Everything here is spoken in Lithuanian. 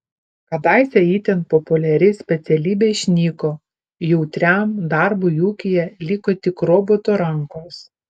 kadaise itin populiari specialybė išnyko jautriam darbui ūkyje liko tik roboto rankos